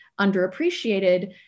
underappreciated